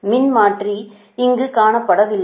மின்மாற்றி இங்கு காண்பிக்கப்படவில்லை